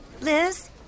Liz